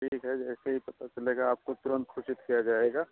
ठीक है जैसे ही पता चलेगा आपको तुरंत सूचित किया जाएगा